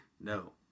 No